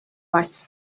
writes